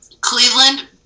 Cleveland